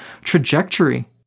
trajectory